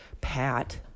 pat